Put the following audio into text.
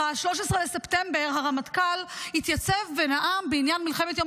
ב-13 בספטמבר הרמטכ"ל התייצב ונאם בעניין מלחמת יום